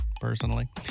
personally